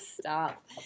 Stop